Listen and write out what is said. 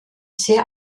sehr